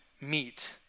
meet